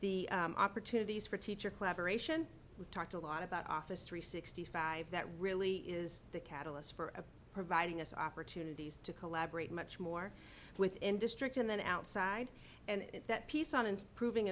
the opportunities for teacher collaboration with talked a lot about office three sixty five that really is the catalyst for providing us opportunities to collaborate much more within district and then outside and that piece on and proving